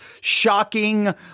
shocking